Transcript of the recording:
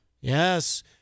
Yes